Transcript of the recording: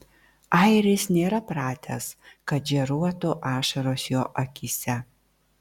airis nėra pratęs kad žėruotų ašaros jo akyse